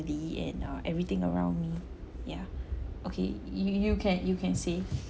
and uh everything around me ya okay you you can you can say